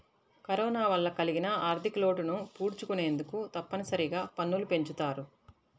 corona వల్ల కలిగిన ఆర్ధికలోటును పూడ్చుకొనేందుకు తప్పనిసరిగా పన్నులు పెంచుతారు